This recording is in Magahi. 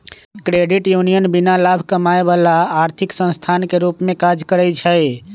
क्रेडिट यूनियन बीना लाभ कमायब ला आर्थिक संस्थान के रूप में काज़ करइ छै